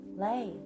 Lay